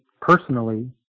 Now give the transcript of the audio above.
personally